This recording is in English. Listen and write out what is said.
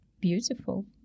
beautiful